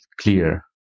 clear